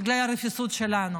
בגלל הרפיסות שלנו,